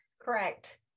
Correct